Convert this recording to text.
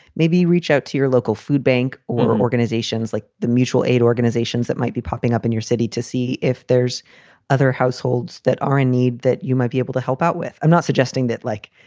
maybe reach out to your local food bank or organizations like the mutual aid organizations that might be popping up in your city to see if there's other households that are in need that you might be able to help out with. i'm not suggesting that, like,